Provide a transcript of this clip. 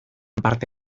parte